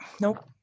Nope